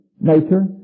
nature